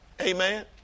Amen